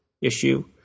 issue